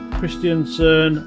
Christiansen